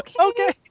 Okay